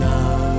Now